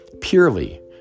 purely